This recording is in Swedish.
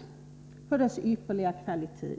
Är det på grund av skolans ypperliga kvalitet,